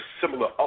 similar